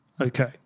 Okay